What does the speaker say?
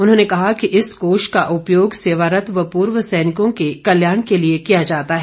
उन्होंने कहा कि इस कोष का उपयोग सेवारत व पूर्व सैनिकों के कल्याण के लिए किया जाता है